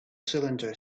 cylinder